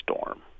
storm